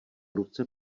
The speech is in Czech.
ruce